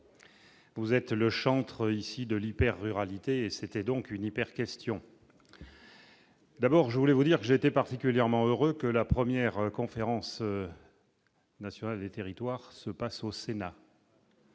Vous êtes le chantre ici de l'hyper-ruralité, c'était donc une hyper question d'abord, je voulais vous dire : j'étais particulièrement heureux que la 1ère conférence nationale des territoires se passe au Sénat.